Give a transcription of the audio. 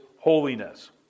holiness